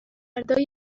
مردای